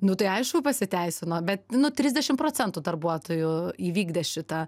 nu tai aišku pasiteisino bet nu trisdešim procentų darbuotojų įvykdė šitą